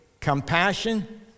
Compassion